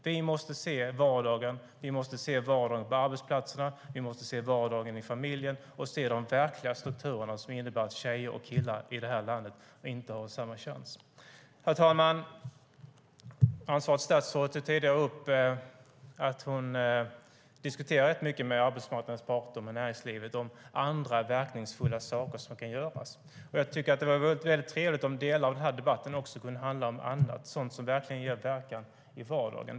Vi måste se vardagen på arbetsplatserna och i familjen, se de verkliga strukturer som innebär att tjejer och killar i det här landet inte har samma chans. Herr talman! Ansvarigt statsråd tog tidigare upp att hon diskuterar rätt mycket med arbetsmarknadens parter och näringslivet om andra verkningsfulla saker som kan göras. Jag tycker att det vore väldigt trevligt om delar av den här debatten kunde handla om annat, sådant som verkligen ger verkan i vardagen.